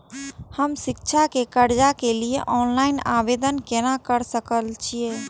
हम शिक्षा के कर्जा के लिय ऑनलाइन आवेदन केना कर सकल छियै?